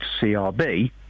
CRB